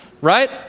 right